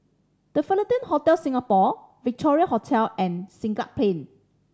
The Fullerton Hotel Singapore Victoria Hotel and Siglap Pain